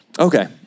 Okay